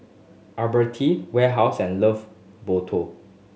Alberti Warehouse and Love Boto